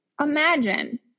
imagine